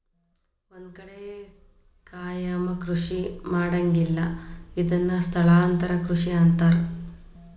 ಒಂದ ಕಡೆ ಕಾಯಮ ಕೃಷಿ ಮಾಡಂಗಿಲ್ಲಾ ಇದನ್ನ ಸ್ಥಳಾಂತರ ಕೃಷಿ ಅಂತಾರ